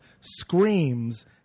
screams